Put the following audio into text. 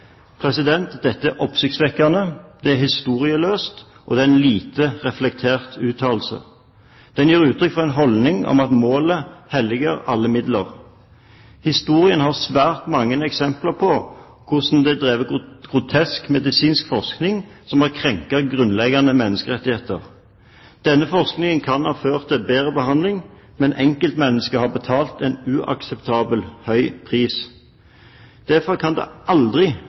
Dette er oppsiktsvekkende, det er historieløst, og det er en lite reflektert uttalelse. Den gir uttrykk for en holdning om at målet helliger alle midler. Historien har svært mange eksempler på hvordan det er drevet grotesk medisinsk forskning som har krenket grunnleggende menneskerettigheter. Denne forskningen kan ha ført til bedre behandling, men enkeltmennesker har betalt en uakseptabel høy pris. Derfor kan det aldri